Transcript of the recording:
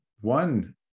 one